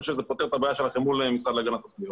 אני חושב שזה פותר את הבעיה שלכם מול המשרד להגנת הסביבה.